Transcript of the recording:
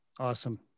Awesome